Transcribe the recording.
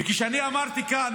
וכשאני אמרתי כאן,